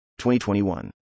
2021